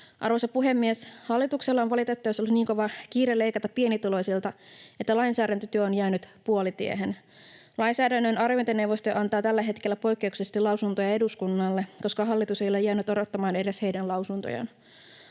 Arvoisa puhemies! Hallituksella on valitettavasti ollut niin kova kiire leikata pienituloisilta, että lainsäädäntötyö on jäänyt puolitiehen. Lainsäädännön arviointineuvosto antaa tällä hetkellä poikkeuksellisesti lausuntoja eduskunnalle, koska hallitus ei ole jäänyt odottamaan edes heidän lausuntojaan.